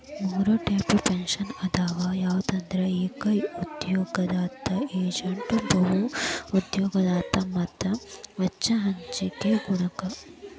ಮೂರ್ types pension ಅದಾವ ಯಾವಂದ್ರ ಏಕ ಉದ್ಯೋಗದಾತ ಏಜೇಂಟ್ ಬಹು ಉದ್ಯೋಗದಾತ ಮತ್ತ ವೆಚ್ಚ ಹಂಚಿಕೆ ಗುಣಕ